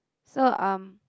so um